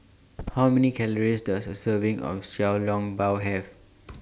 How Many Calories Does A Serving of Xiao Long Bao Have